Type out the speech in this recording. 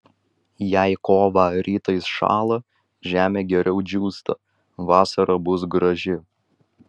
jei kovą rytais šąla žemė geriau džiūsta vasara bus graži